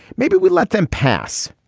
maybe we let them pass